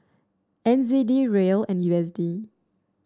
N Z D Riel and U S D